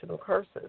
curses